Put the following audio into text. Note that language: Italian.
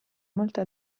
molto